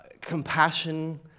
compassion